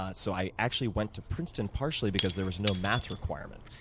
ah so i actually went to princeton partially because there was no math requirement.